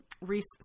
Reese